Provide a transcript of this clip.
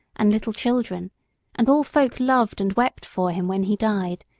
and little children and all folk loved and wept for him when he died,